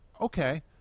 okay